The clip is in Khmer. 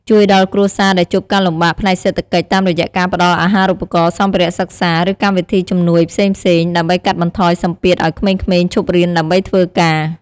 ជួយដល់គ្រួសារដែលជួបការលំបាកផ្នែកសេដ្ឋកិច្ច តាមរយៈការផ្តល់អាហារូបករណ៍ សម្ភារៈសិក្សា ឬកម្មវិធីជំនួយផ្សេងៗ ដើម្បីកាត់បន្ថយសម្ពាធឱ្យក្មេងៗឈប់រៀនដើម្បីធ្វើការ។